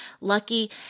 lucky